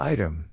Item